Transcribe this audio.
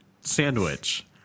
sandwich